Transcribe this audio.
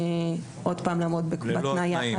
ללא תנאים.